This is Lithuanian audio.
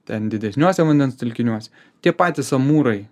ten didesniuose vandens telkiniuose tie patys amūrai